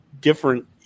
different